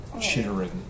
Chittering